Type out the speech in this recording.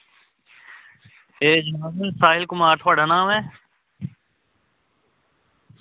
एह् जी साहिल कुमार थुआढ़ा नाम ऐ